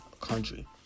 country